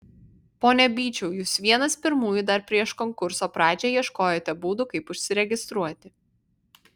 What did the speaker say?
pone byčiau jūs vienas pirmųjų dar prieš konkurso pradžią ieškojote būdų kaip užsiregistruoti